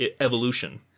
evolution